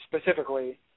specifically